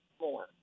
more